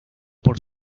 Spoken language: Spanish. por